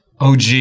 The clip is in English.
OG